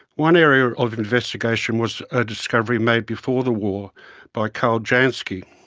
one area of investigation was a discovery made before the war by karl jansky,